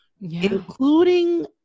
including